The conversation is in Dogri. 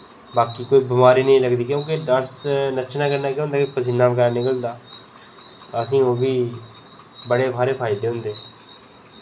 बाकी कोई बमारी निं लगदी की के डांस नच्चने कन्नै केह् होंदा कि पसीना बड़ा निकलदा ते असेंगी ओह्बी बड़े सारे फायदे होंदे